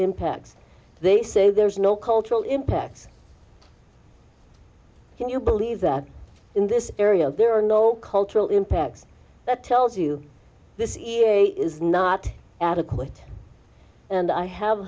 impacts they say there's no cultural impact can you believe that in this area there are no cultural impacts that tells you this is a is not adequate and i